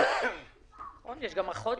תפסיקו עם דקדוקי העניות.